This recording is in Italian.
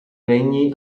regni